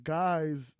guys